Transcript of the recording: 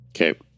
Okay